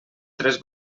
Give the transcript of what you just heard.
tres